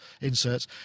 Inserts